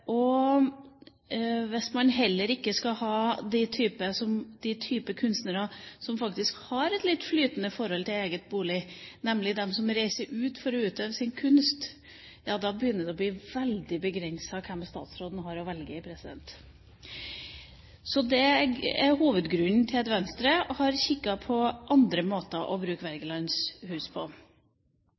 Hvis man heller ikke skal ha den typen kunstnere som faktisk har et litt flytende forhold til egen bolig, nemlig de som reiser ut for å utøve sin kunst, ja, da begynner det å bli veldig begrenset hvem statsråden har å velge i. Det er hovedgrunnen til at Venstre har kikket på andre måter å bruke Wergelands hus på.